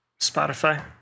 Spotify